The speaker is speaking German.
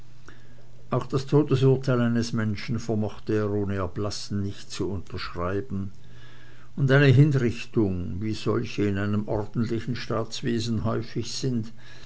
auch das todesurteil eines menschen vermochte er ohne erblassen nicht zu unterschreiben und eine hinrichtung wie solche in einem ordentlichen staatswesen häufig sind